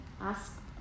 Ask